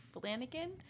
Flanagan